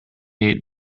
eight